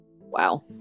Wow